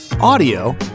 audio